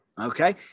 Okay